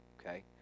okay